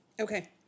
Okay